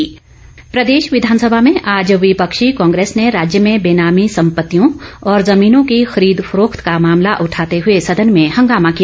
walkout प्रदेश विधानसभा में आज विपक्षी कांग्रेस ने राज्य में बेनामी संपत्तियों और जमीनों की खरीद फरोख्त का मामला उठाते हए सदन में हंगामा किया